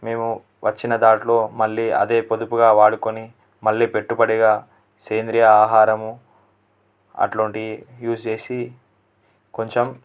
మేము వచ్చిన దాంట్లో మళ్ళీ అదే పొదుపుగా వాడుకుని మళ్ళీ పెట్టుబడిగా సేంద్రియ ఆహారము అట్లాంటివి యూజ్ చేసి కొంచెం